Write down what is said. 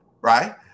right